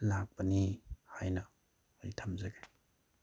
ꯂꯥꯛꯄꯅꯤ ꯍꯥꯏꯅ ꯑꯩ ꯊꯝꯖꯒꯦ